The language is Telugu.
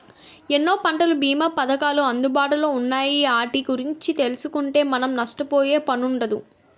ఎన్నో పంటల బీమా పధకాలు అందుబాటులో ఉన్నాయి ఆటి గురించి తెలుసుకుంటే మనం నష్టపోయే పనుండదు